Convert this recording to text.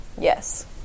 Yes